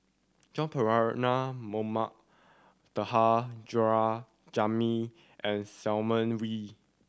Joan Mohamed Taha Jamil and Simon Wee